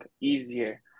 easier